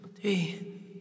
three